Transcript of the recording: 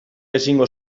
ezingo